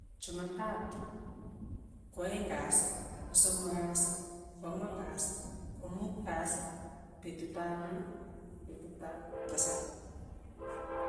Chumatatu, kwaeng' kasi, kosomok kasi, kwang'wan kasi, komut kasi, petut ap lo, petut ap tisap.